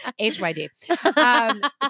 HYD